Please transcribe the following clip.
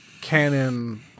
Canon